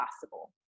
possible